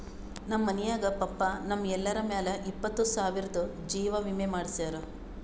ನಮ್ ಮನ್ಯಾಗ ಪಪ್ಪಾ ನಮ್ ಎಲ್ಲರ ಮ್ಯಾಲ ಇಪ್ಪತ್ತು ಸಾವಿರ್ದು ಜೀವಾ ವಿಮೆ ಮಾಡ್ಸ್ಯಾರ